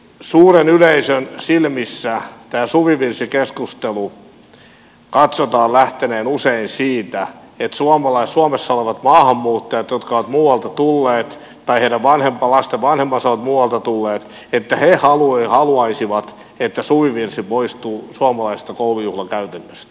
suuren yleisön silmissä tämän suvivirsikeskustelun katsotaan usein lähteneen siitä että suomessa olevat maahanmuuttajat jotka ovat muualta tulleet tai lasten vanhemmat jotka ovat muualta tulleet haluaisivat että suvivirsi poistuu suomalaisesta koulujuhlakäytännöstä